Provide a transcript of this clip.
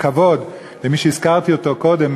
כבוד למי שהזכרתי קודם,